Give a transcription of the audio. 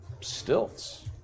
stilts